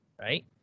right